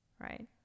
right